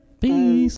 Peace